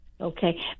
okay